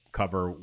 cover